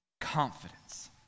confidence